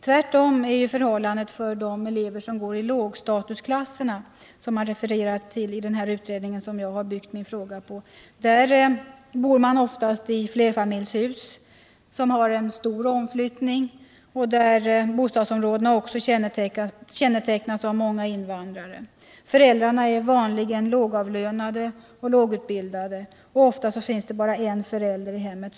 Förhållandena är de motsatta för de elever som går i lågstatusklasserna, som det har refererats till i den utredning jag byggt min fråga på. De bor oftast i flerfamiljshus där omflyttningen är stor, och deras bostadsområden kännetecknas också av många invandrare. Föräldrarna är vanligen lågavlönade och lågutbildade, och ofta finns det bara en förälder i hemmet.